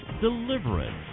deliverance